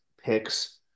picks